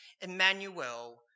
Emmanuel